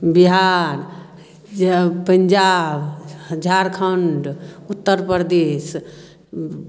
Bihar Punjab Jharkhand Uttar Pradesh